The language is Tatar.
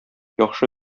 яхшы